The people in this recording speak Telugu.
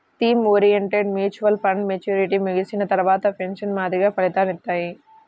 థీమ్ ఓరియెంటెడ్ మ్యూచువల్ ఫండ్లు మెచ్యూరిటీ ముగిసిన తర్వాత పెన్షన్ మాదిరిగా ఫలితాలనిత్తాయి